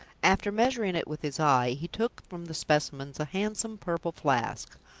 after measuring it with his eye, he took from the specimens a handsome purple flask,